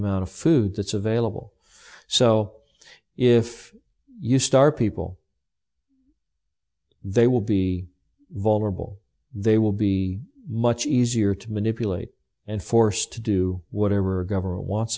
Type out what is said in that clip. amount of food that's available so if you start people they will be vulnerable they will be much easier to manipulate and force to do whatever government wants